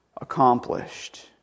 accomplished